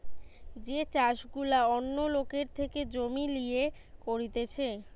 যে চাষ গুলা অন্য লোকের থেকে জমি লিয়ে করতিছে